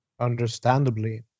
Understandably